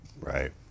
Right